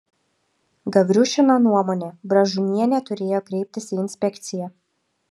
gavriušino nuomone bražunienė turėjo kreiptis į inspekciją